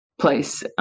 place